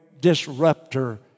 disruptor